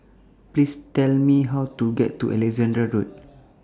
Please Tell Me How to get to Alexandra Road